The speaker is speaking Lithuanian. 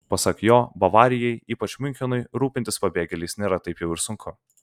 pasak jo bavarijai ypač miunchenui rūpintis pabėgėliais nėra taip jau ir sunku